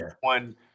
one